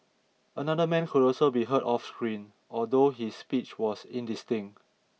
another man could also be heard off screen although his speech was indistinct